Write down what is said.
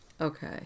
okay